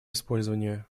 использование